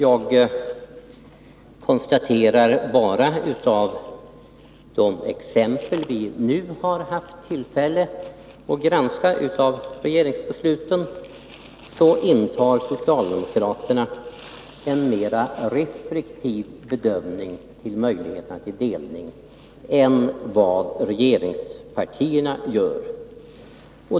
Av de exempel på regeringsbeslut som vi hittills har haft tillfälle att granska kan jag emellertid konstatera att socialdemokraterna intar en mer restriktiv hållning till delningar än regeringspartierna gör.